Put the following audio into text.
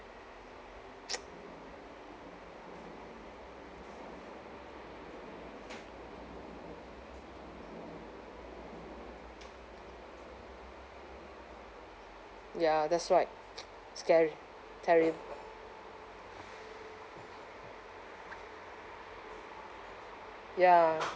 ya that's right scary terrib~ ya